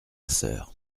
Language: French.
sœur